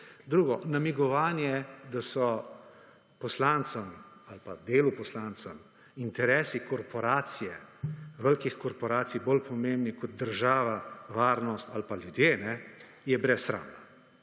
Drugič, namigovanje, da so poslancem ali pa delu poslancev interesi velikih korporacij bolj pomembni kot država, varnost ali pa ljudje, je brezsramno.